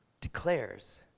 declares